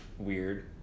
weird